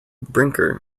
brinker